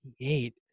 Eight